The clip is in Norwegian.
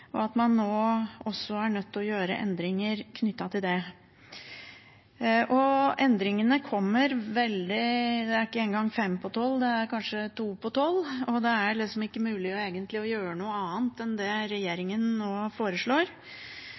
nå er man nødt til å gjøre endringer knyttet til det. Endringene kommer veldig seint – ikke engang fem på tolv, det er kanskje to på tolv – og det er liksom ikke mulig egentlig å gjøre noe annet enn det regjeringen nå foreslår. Men SV slutter seg til de innleggene som har vært fra både Arbeiderpartiet og